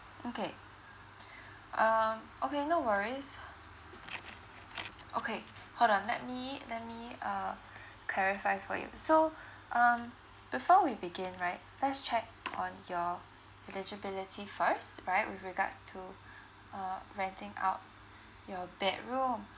okay um okay no worries okay hold on let me let me uh clarify for you so um before we begin right let's check on your eligibility first right with regards to uh renting out your bedroom